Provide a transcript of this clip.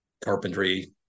carpentry